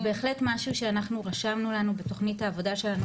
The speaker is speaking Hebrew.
זה בהחלט משהו שאנחנו רשמנו לנו בתכנית העבודה שלנו,